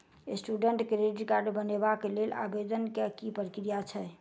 Student credit card बनेबाक लेल आवेदन केँ की प्रक्रिया छै?